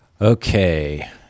Okay